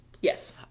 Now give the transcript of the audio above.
Yes